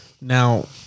Now